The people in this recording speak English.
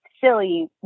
silly